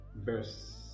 verse